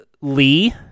Lee